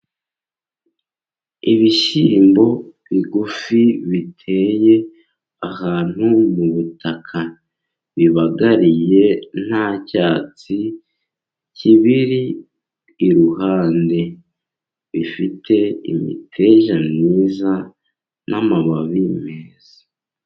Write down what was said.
Ibishyimbo bigufi, biteye ahantu mu butaka bibagariye, nta cyatsi kibiri iruhande, bifite imiterere myiza n'amababi meza.